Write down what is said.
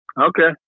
Okay